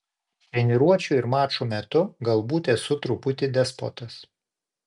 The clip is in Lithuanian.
treniruočių ir mačų metu galbūt esu truputį despotas